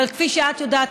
אבל כפי שאת יודעת,